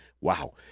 Wow